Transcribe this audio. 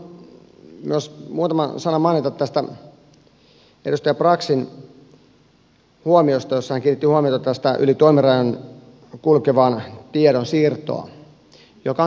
olisin halunnut myös muutaman sanan mainita tästä edustaja braxin huomiosta jossa hän kiinnitti huomiota yli toimirajojen kulkevaan tiedonsiirtoon mikä on tärkeä asia